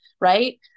right